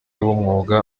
w’umwuga